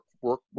work